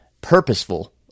purposeful